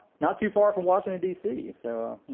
not too far from washington, d c, so,